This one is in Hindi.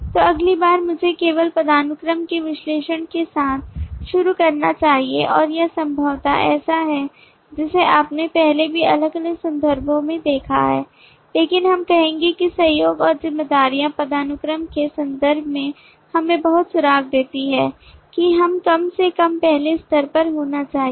तो अगली बार मुझे केवल पदानुक्रम के विश्लेषण के साथ शुरू करना चाहिए और यह संभवतः ऐसा है जिसे आपने पहले भी अलग अलग संदर्भों में देखा है लेकिन हम कहेंगे कि सहयोग और जिम्मेदारियाँ पदानुक्रम के संदर्भ में हमें बहुत सुराग देती हैं कि हम कम से कम पहले स्तर पर होना चाहिए